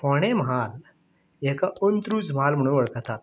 फोंडे म्हाल हाका अंत्रूज म्हाल म्हणून वळखतात